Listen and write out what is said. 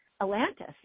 Atlantis